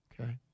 Okay